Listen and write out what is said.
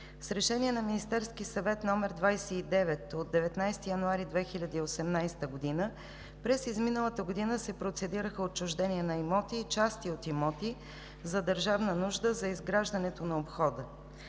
С Решение на Министерския съвет № 29 от 19 януари 2018 г. през изминалата година се процедираха отчуждения на имоти и части от имоти за държавна нужда за изграждането на обхода.